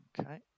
Okay